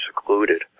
secluded